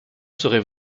serait